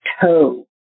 toe